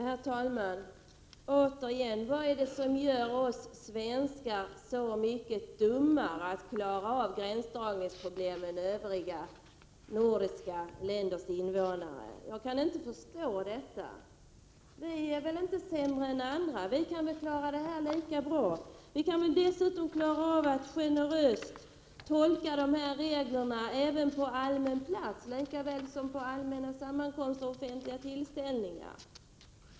Herr talman! Återigen: Vad är det som gör oss svenskar så mycket dummare än andra nordiska länders invånare att vi inte kan klara av gränsdragningsproblemen? Jag kan inte förstå detta. Vi är väl inte sämre än andra, vi kan väl klara det här lika bra. Dessutom kan vi väl klara av att generöst tolka reglerna även när det gäller allmän plats, lika bra som när det är fråga om allmänna sammankomster och offentliga tillställningar.